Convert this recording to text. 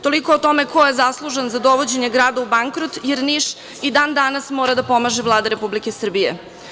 Toliko o tome ko je zaslužan za dovođenje grada u bankrot, jer Niš i dan danas mora da pomaže Vlada Republike Srbije.